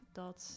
dat